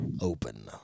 open